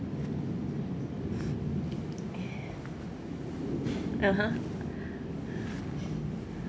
(uh huh)